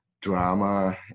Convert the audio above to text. drama